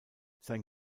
sein